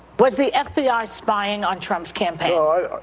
was the fbi spying on trump's campaign? no,